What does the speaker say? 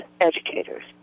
educators